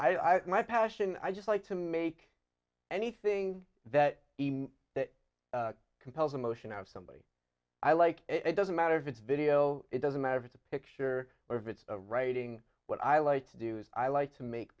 i my passion i just like to make anything that compels emotion out of somebody i like it doesn't matter if it's video it doesn't matter if it's a picture or if it's a writing what i like to do is i like to make